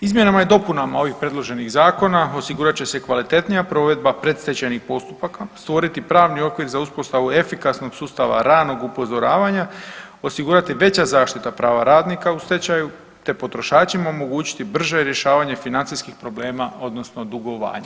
Izmjenama i dopunama ovih predloženih zakona osigurat će se kvalitetnija provedbe predstečajnih postupaka, stvoriti pravni okvir za uspostavu efikasnog sustava ranog upozoravanja, osigurati veća zaštita prava radnika u stečaju te potrošačima omogućiti brže rješavanje financijskih problema odnosno dugovanja.